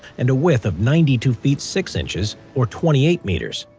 and a width of ninety two feet, six inches or twenty eight meters,